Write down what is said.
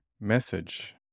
message